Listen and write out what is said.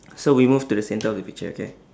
so we move to the centre of the picture okay